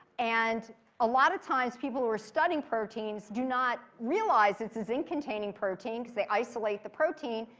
and a lot of times people who are studying proteins do not realize it's a zinc containing protein because they isolate the protein.